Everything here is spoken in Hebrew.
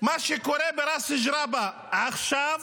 מה שקורה בראס ג'ראבה עכשיו,